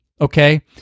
okay